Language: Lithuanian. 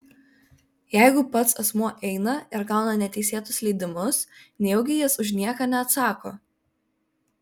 jeigu pats asmuo eina ir gauna neteisėtus leidimus nejaugi jis už nieką neatsako